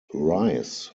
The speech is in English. rice